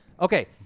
Okay